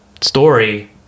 story